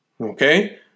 Okay